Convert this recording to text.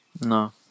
no